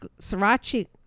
sriracha